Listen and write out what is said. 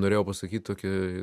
norėjau pasakyt tokį